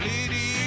Lady